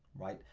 right?